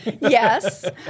Yes